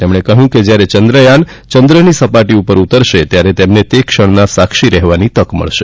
તેમણે કહયું કે જયારે ચંદ્રયાન ચંદ્રની સપાટી પર ઉતરશે ત્યારે તેમને તે ક્ષણના સાક્ષી રહેવાની તક મળશે